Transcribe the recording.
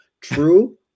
true